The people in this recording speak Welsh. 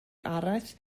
araith